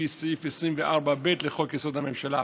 לפי סעיף 24(ב) לחוק-יסוד: הממשלה.